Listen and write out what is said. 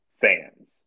fans